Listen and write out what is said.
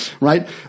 right